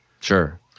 Sure